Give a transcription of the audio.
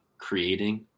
creating